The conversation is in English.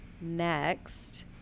next